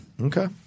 Okay